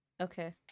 okay